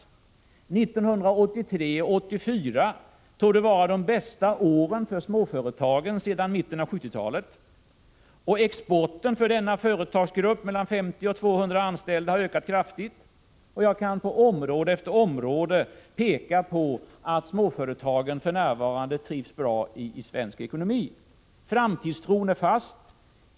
1983 och 1984 torde vara de bästa åren för småföretagen sedan mitten av 1970-talet. Exporten för denna företagsgrupp, dvs. företag med mellan 50 och 200 anställda, har ökat mycket kraftigt. Jag kan på område efter område peka på att småföretagen för närvarande trivs bra i svensk ekonomi. Framtidstron är fast.